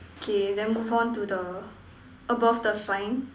K then move on to the above the sign